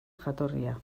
jatorria